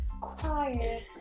quiet